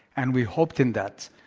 and we hoped in that.